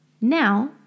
Now